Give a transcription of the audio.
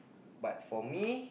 but for me